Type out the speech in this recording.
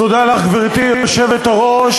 גברתי היושבת-ראש,